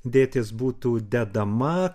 dėtis būtų dedama